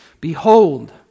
Behold